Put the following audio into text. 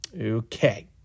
Okay